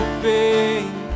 faith